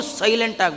silent